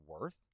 worth